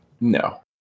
No